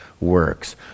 works